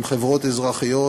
עם חברות אזרחיות,